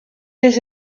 les